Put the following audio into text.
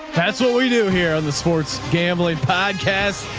that's what we do here on the sports gambling podcasts.